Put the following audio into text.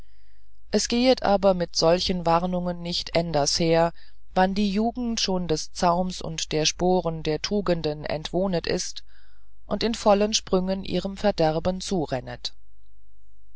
es gehet aber mit solchen warnungen nicht änderst her wann die jugend schon des zaums und der sporen der tugenden entwohnet ist und in vollen sprüngen ihrem verderben zurennet